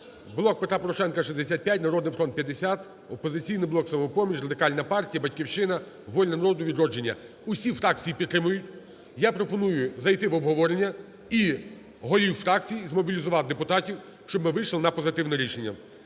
"Блок Петра Порошенка" – 65, "Народний фронт" – 50, "Опозиційний блок", "Самопоміч", Радикальна партія, "Батьківщина", "Воля народу", "Відродження" – усі фракції підтримують. Я пропоную зайти в обговорення і голів фракцій змобілізувати депутатів, щоб ми вийшли на позитивне рішення.